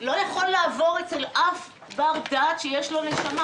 לא יכול להתקבל על הדעת אצל אף בר דעת שיש לו נשמה,